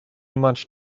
much